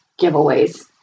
giveaways